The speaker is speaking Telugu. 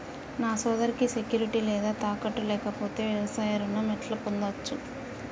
నా సోదరికి సెక్యూరిటీ లేదా తాకట్టు లేకపోతే వ్యవసాయ రుణం ఎట్లా పొందచ్చు?